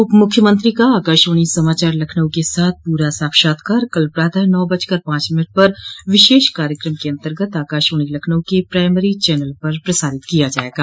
उप मुख्यमंत्री का आकाशवाणी समाचार लखनऊ के साथ पूरा साक्षात्कार कल प्रातः नौ बजकर पांच मिनट पर विशेष कार्यक्रम के अन्तर्गत आकाशवाणी लखनऊ के प्राइमरी चैनल पर प्रसारित किया जायेगा